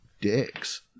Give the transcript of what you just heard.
dicks